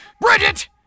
bridget